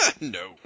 No